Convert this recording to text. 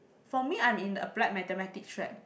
for me I'm in the applied mathematics strap